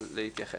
אז להתייחס.